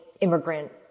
immigrant